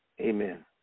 Amen